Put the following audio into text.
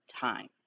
time